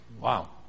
Wow